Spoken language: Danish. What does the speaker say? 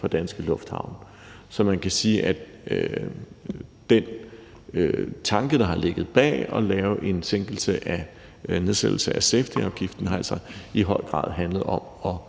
fra danske lufthavne. Så man kan sige, at den tanke, der har ligget bag det at lave en nedsættelse af safetyafgiften, altså i høj grad har handlet om at